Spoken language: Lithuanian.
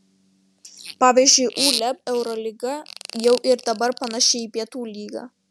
pavyzdžiui uleb eurolyga jau ir dabar panaši į pietų lygą